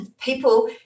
people